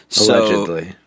Allegedly